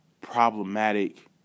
problematic